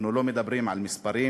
אנחנו לא מדברים על מספרים,